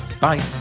Bye